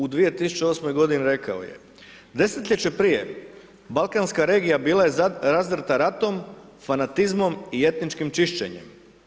U 2008. godini rekao je, desetljeće prije balkanska regija bila je razdrta ratom, fanatizmom i etničkim čišćenjem.